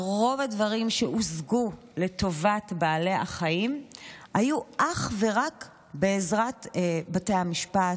רוב הדברים שהושגו לטובת בעלי החיים היו אך ורק בעזרת בתי המשפט,